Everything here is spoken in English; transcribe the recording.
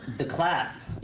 the class,